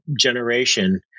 generation